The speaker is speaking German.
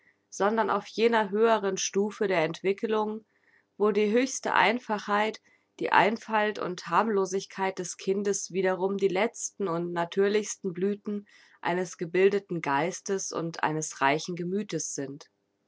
sondern auf jener höheren stufe der entwickelung wo die höchste einfachheit die einfalt und harmlosigkeit des kindes wiederum die letzten und natürlichsten blüthen eines gebildeten geistes und eines reichen gemüthes sind